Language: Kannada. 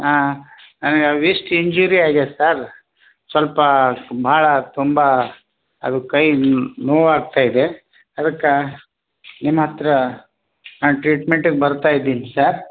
ಹಾಂ ಅಂದ್ರೆ ವಿಸ್ಟ್ ಇಂಜುರಿ ಆಗ್ಯದೆ ಸರ್ ಸ್ವಲ್ಪ ಭಾಳ ತುಂಬಾ ಅದು ಕೈ ನೋವು ಆಗ್ತಾಯಿದೆ ಅದಕ್ಕೆ ನಿಮ್ಮ ಹತ್ತಿರ ನಾನು ಟ್ರೀಟ್ಮೆಂಟಿಗೆ ಬರ್ತಾ ಇದ್ದೀನಿ ಸರ್